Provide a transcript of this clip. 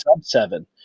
seven